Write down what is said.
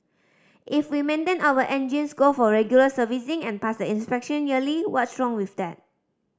if we maintain our engines go for regular servicing and pass the inspection yearly what's wrong with that